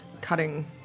cutting